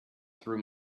through